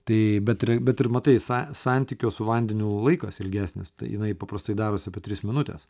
tai bet ir bet ir matai sa santykio su vandeniu laikas ilgesnis tai jinai paprastai darosi apie tris minutes